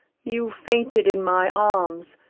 you fainted in my arms,